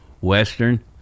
Western